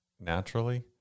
naturally